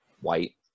white